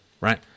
Right